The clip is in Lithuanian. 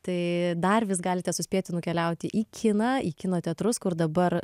tai dar vis galite suspėti nukeliauti į kiną į kino teatrus kur dabar